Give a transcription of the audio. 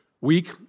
week